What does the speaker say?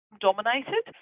dominated